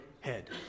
head